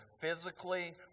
physically